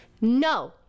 No